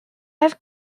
have